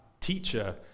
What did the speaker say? teacher